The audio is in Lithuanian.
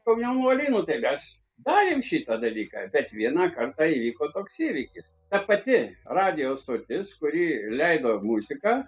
komjuanuoliai nu tai mes darėm šitą dalyką bet vieną kartą įvyko toks įvykis ta pati radijo stotis kuri leido muziką